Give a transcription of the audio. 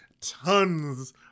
Tons